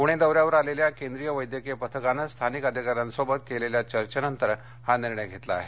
पूणे दौऱ्यावर आलेल्या केंद्रीय वैद्यकीय पथकानं स्थानिक अधिकाऱ्यांशी केलेल्या चर्चेनंतर हा निर्णय घेतला आहे